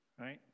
Right